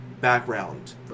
background